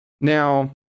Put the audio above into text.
now